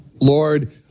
Lord